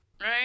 Right